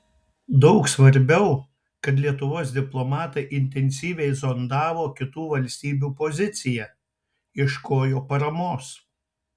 daug svarbiau kad lietuvos diplomatai intensyviai zondavo kitų valstybių poziciją ieškojo paramos